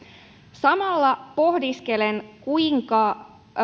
samalla pohdiskelen kuinka